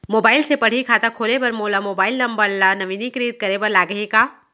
Mobile से पड़ही खाता खोले बर मोला मोबाइल नंबर ल नवीनीकृत करे बर लागही का?